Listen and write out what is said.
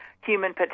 human